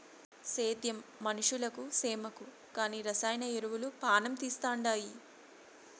సేద్యం మనుషులకు సేమకు కానీ రసాయన ఎరువులు పానం తీస్తండాయి